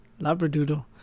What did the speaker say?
labradoodle